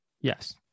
Yes